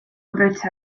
about